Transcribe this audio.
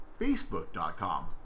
facebook.com